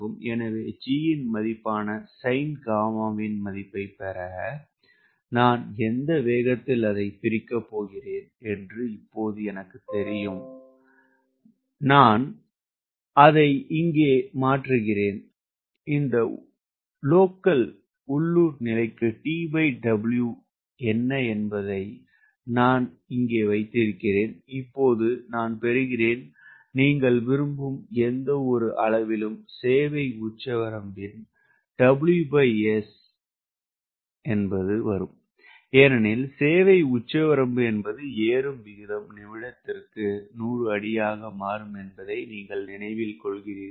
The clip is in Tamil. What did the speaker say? எனவே G இன் மதிப்பான சைன் காமாவின் மதிப்பைப் பெற நான் எந்த வேகத்தில் அதைப் பிரிக்கப் போகிறேன் என்று இப்போது எனக்குத் தெரியும் நான் அதை இங்கே மாற்றுகிறேன் அந்த சுற்றிருக்கும் நிலைக்கு TW என்ன என்பதை நான் இங்கே வைத்திருந்தேன் இப்போது நான் பெறுகிறேன் நீங்கள் விரும்பும் எந்தவொரு அளவிலும் சேவை உச்சவரம்பின் WS ஏனெனில் சேவை உச்சவரம்பு என்பது ஏறும் விகிதம் நிமிடத்திற்கு நூறு அடியாக மாறும் என்பதை நீங்கள் நினைவில் கொள்கிறீர்களா